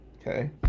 Okay